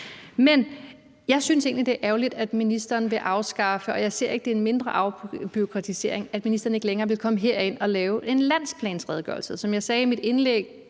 Men jeg synes egentlig, det er ærgerligt, at ministeren vil afskaffe – og jeg ser det ikke som en mindre afbureaukratisering – det at komme herind og give en landsplanredegørelse. Som jeg sagde i mit indlæg,